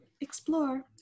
explore